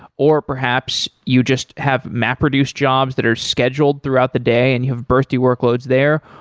or perhaps you just have mapreduce jobs that are scheduled throughout the day and you have bursty workloads there,